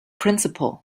principle